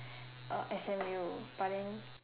uh S_M_U but then